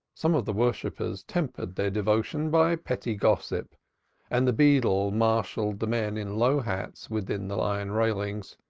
some of the worshippers tempered their devotion by petty gossip and the beadle marshalled the men in low hats within the iron railings,